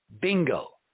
bingo